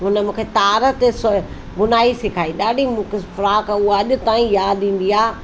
हुन मूंखे तार ते स्वे बुनाई सिखाई ॾाढी फ्राक उहा अॼ ताईं याद ईंदी आहे